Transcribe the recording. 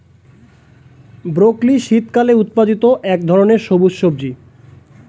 broccoli শীতকালে উৎপাদিত এক ধরনের সবুজ সবজি